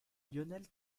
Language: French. lionel